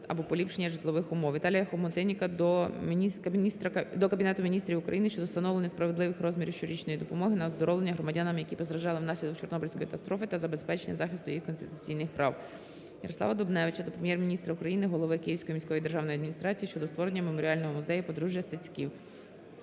Віталія Хомутинніка до Кабінету Міністрів України щодо встановлення справедливих розмірів щорічної допомоги на оздоровлення громадянам, які постраждали внаслідок Чорнобильської катастрофи та забезпечення захисту їх конституційних прав. Ярослава Дубневича до Прем'єр-міністра України, голови Київської міської державної адміністрації щодо створення меморіального музею подружжя Стецьків.